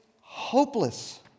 hopeless